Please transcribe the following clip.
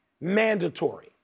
mandatory